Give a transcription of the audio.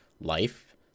life